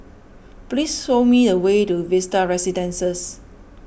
please show me a way to Vista Residences